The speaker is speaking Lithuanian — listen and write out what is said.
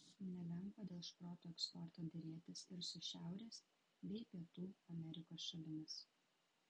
nelengva dėl šprotų eksporto derėtis ir su šiaurės bei pietų amerikos šalimis